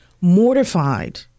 mortified